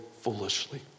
foolishly